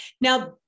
now